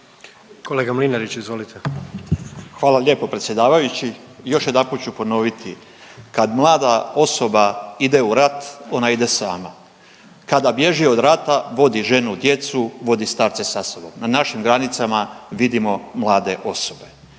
**Mlinarić, Stipo (DP)** Hvala lijepo predsjedavajući. Još jedanput ću ponoviti, kad mlada osoba ide u rat, ona ide sama, kada bježi od rata vodi ženu, djecu, vodi starce sa sobom. Na našim granicama vidimo mlade osobe,